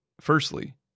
Firstly